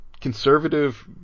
conservative